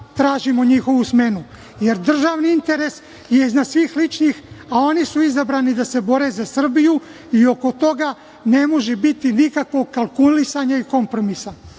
tražimo njihovu smenu, jer državni interes je iznad svih ličnih, a oni su izabrani da se bore za Srbiju i oko toga ne može biti nikakvog kalkulisanja i kompromisa. Svestan